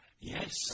Yes